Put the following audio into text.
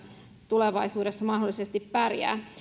tulevaisuudessa mahdollisesti pärjää